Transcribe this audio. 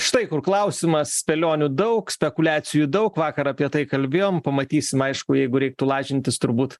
štai kur klausimas spėlionių daug spekuliacijų daug vakar apie tai kalbėjom pamatysim aišku jeigu reiktų lažintis turbūt